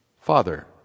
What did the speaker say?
Father